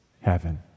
heaven